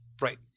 right